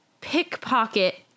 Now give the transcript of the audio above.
pickpocket